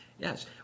Yes